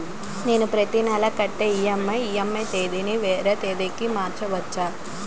నేను నా ప్రతి నెల కట్టే ఈ.ఎం.ఐ ఈ.ఎం.ఐ తేదీ ని వేరే తేదీ కి మార్చుకోవచ్చా?